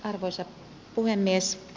arvoisa puhemies